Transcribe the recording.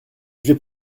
vais